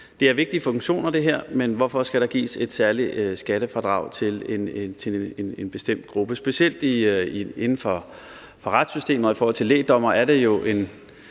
her er vigtige funktioner, men hvorfor skal der gives et særligt skattefradrag til en bestemt gruppe? Specielt inden for retssystemet og i forhold til lægdommere er det jo en